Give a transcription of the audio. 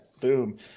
Boom